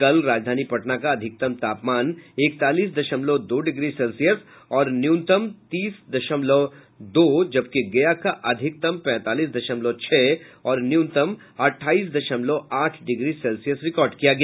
कल राजधानी पटना का अधिकतम तापमन इकतालीस दशमलव दो डिग्री सेल्सियस और न्यूनतम तीस दशमलव दो जबकि गया का अधिकतम पैंतालीस दशमलव छह और न्यूनतम अट्ठाईस दशमलव आठ डिग्री सेल्सियस रिकार्ड किया गया